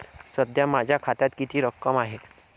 सध्या माझ्या खात्यात किती रक्कम आहे?